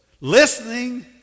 Listening